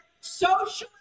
socialist